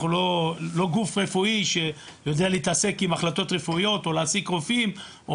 אנחנו לא גוף רפואי שיודע להתעסק עם החלטות רפואיות או להעסיק רופאים.